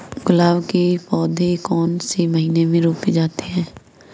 गुलाब के पौधे कौन से महीने में रोपे जाते हैं?